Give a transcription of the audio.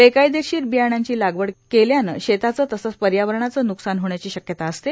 बेकायदेशीर बियाण्याची लागवड केल्यानं शेताचंए तसंच पर्यावरणाचं नुकसान होण्याची शक्यता असते